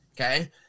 Okay